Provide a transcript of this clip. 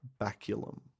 baculum